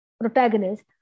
protagonist